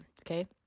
okay